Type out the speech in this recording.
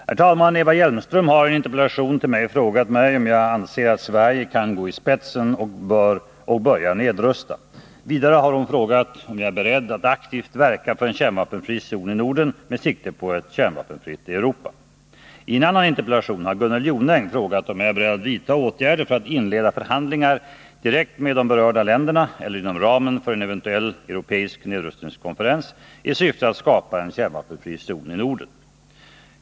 Herr talman! Eva Hjelmström har i en interpellation till mig frågat mig, om jag anser att Sverige kan gå i spetsen och börja nedrusta. Vidare har hon frågat, om jag är beredd att aktivt verka för en kärnvapenfri zon i Norden med sikte på ett kärnvapenfritt Europa. I en annan interpellation har Gunnel Jonäng frågat, om jag är beredd att vidta åtgärder för att inleda förhandlingar direkt med de berörda länderna eller inom ramen för en eventuell europeisk nedrustningskonferens i syfte att skapa en kärnvapenfri zon i Norden.